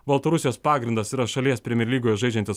baltarusijos pagrindas yra šalies premier lygoj žaidžiantys